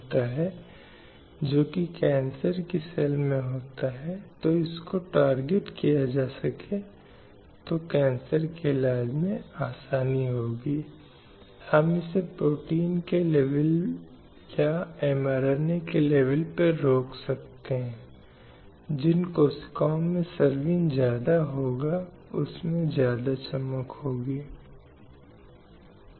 जो स्वास्थ्य सेवाओं तक स्वास्थ्य सेवाओं की पहुंच के लिए भी सही है बालिकाओं के लिए भी उतना ही महत्वपूर्ण है और इसलिए बीमार स्वास्थ्य की किसी भी स्थिति में उन्हें स्वास्थ्य सुविधाओं तक समान पहुंच होनी चाहिए जो उपलब्ध हैं